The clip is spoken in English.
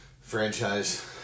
Franchise